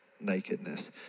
nakedness